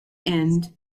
end